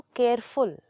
careful